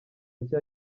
nshya